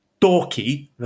Dorky